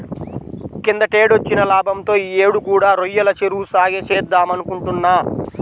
కిందటేడొచ్చిన లాభంతో యీ యేడు కూడా రొయ్యల చెరువు సాగే చేద్దామనుకుంటున్నా